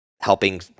helping